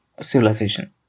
civilization